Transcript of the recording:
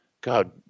God